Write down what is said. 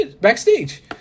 backstage